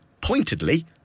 pointedly